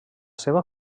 seua